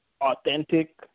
authentic